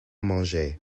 manger